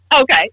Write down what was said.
Okay